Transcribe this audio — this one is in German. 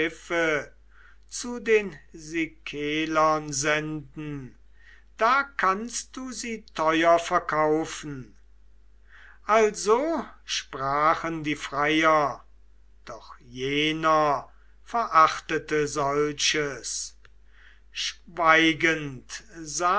zu den sikelern senden da kannst du sie teuer verkaufen also sprachen die freier doch jener verachtete solches schweigend